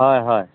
হয় হয়